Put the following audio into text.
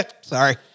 Sorry